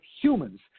humans